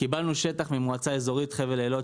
קיבלנו שטח של 20 דונם ממועצה אזורית חבל אילות,